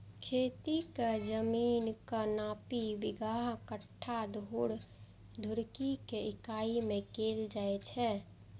खेतीक जमीनक नापी बिगहा, कट्ठा, धूर, धुड़की के इकाइ मे कैल जाए छै